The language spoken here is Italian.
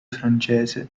francese